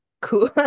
cool